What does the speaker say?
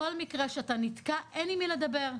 כל מקרה שאתה נתקע אין עם מי לדבר.